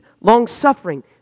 long-suffering